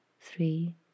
three